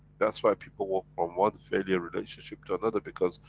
that's why people walk from one failure relationship to another, because,